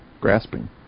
grasping